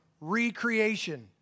recreation